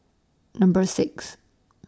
Number six